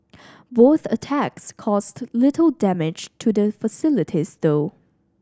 both attacks caused little damage to the facilities though